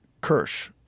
Kirsch